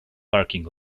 parking